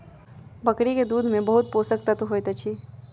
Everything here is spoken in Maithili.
बकरी के दूध में बहुत पोषक तत्व होइत अछि